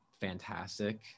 fantastic